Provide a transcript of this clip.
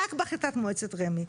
רק בהחלטת מועצת רמ"י.